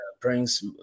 brings